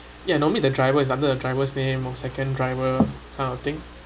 ya normally the driver is under a driver's name or second driver kind of thing